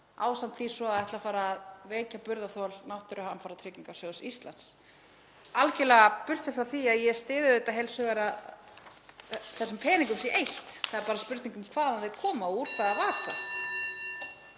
ásamt því svo að ætla að fara að veikja burðarþol Náttúruhamfaratryggingar Íslands, algerlega burt séð frá því að ég styð auðvitað heils hugar að þessum peningum sé eytt. Það er bara spurning um hvaðan þeir koma, úr hvaða vasa.